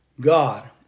God